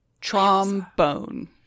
trombone